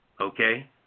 Okay